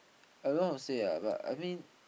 I don't know how to say ah but I mean